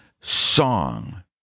song